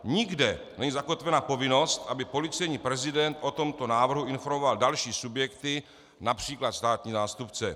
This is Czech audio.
Nikde není zakotvena povinnost, aby policejní prezident o tomto návrhu informoval další subjekty, například státní zástupce.